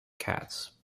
cats